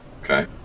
okay